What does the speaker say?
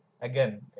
Again